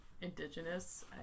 indigenous